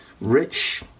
rich